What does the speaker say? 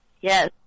Yes